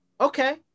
Okay